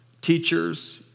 teachers